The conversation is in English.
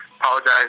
Apologize